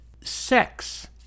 sex